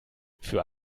für